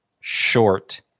short